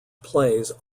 plays